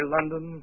London